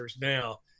now